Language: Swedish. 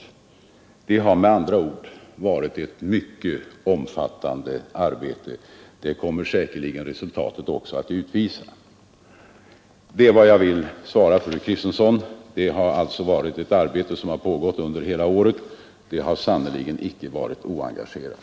Det har med andra ord varit ett att utvisa detta mycket stort arbete. Resultatet kommer säkerligen också Detta är vad jag vill svara fru Kristensson. Det rör sig om ett arbete som pågått under hela året, och det har sannerligen icke varit oengagerat.